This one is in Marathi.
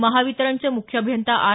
महावितरणचे मुख्य अभियंता आर